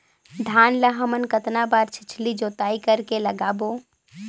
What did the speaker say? धान ला हमन कतना बार छिछली जोताई कर के लगाबो?